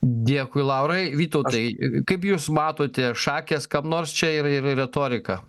dėkui laurai vytautai kaip jūs matote šakės kam nors čia ir ir retorika